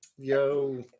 yo